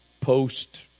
post